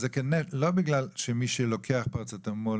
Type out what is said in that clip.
לא בגלל שמי שלוקח פרוצטמול,